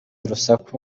urusaku